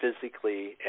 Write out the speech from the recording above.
physically